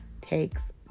takes